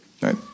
right